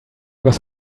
was